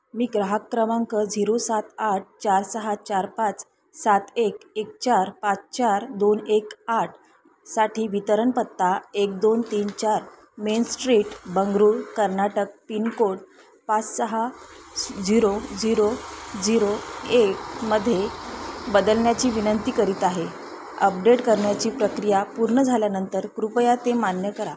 मी ग्राहक क्रमांक झिरो सात आठ चार सहा चार पाच सात एक एक चार पाच चार दोन एक आठसाठी वितरण पत्ता एक दोन तीन चार main street Bengaluru Karnataka pin code पाच सहा झिरो झिरो झिरो एकमध्ये बदलण्याची विनंती करीत आहे अपडेट करण्याची प्रक्रिया पूर्ण झाल्यानंतर कृपया ते मान्य करा